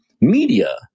media